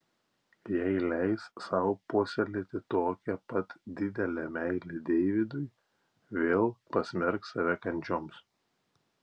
jei leis sau puoselėti tokią pat didelę meilę deividui vėl pasmerks save kančioms